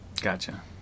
Gotcha